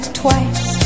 twice